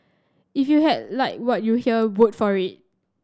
if you had like what you hear vote for it